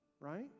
right